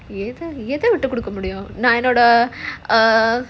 எதுக்கு விட்டு கொடுக்க முடியும் நான் என்னோட:edhuku vitu koduka mudiyum naan ennoda err